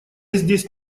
здесь